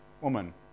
woman